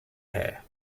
hair